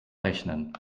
rechnen